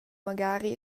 magari